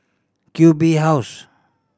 Q B House